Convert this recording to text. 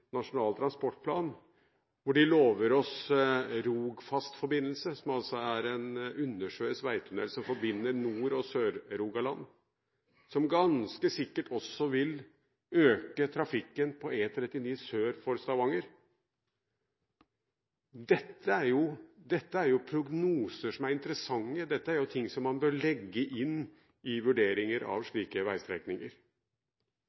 Nasjonal transportplan, hvor de lover oss Rogfast-forbindelsen, som altså er en undersjøisk veitunnel som forbinder Nord- og Sør-Rogaland, som ganske sikkert også vil øke trafikken på E39 sør for Stavanger. Dette er jo prognoser som er interessante, dette er ting som man bør legge inn